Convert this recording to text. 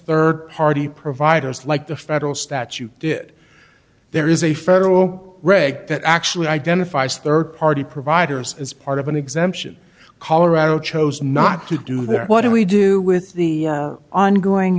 third party providers like the federal statute did there is a federal reg that actually identifies third party providers as part of an exemption colorado chose not to do that what do we do with the ongoing